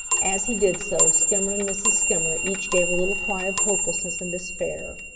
as he did so, skimmer and mrs. skimmer each gave a little cry of hopelessness and despair.